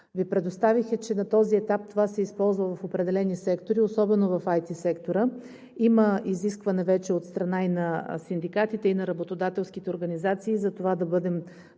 Ви предоставих, е, че на този етап това се използва в определени сектори, особено в IT сектора. Има изискване вече от страна и на синдикатите, и на работодателските организации затова да бъдем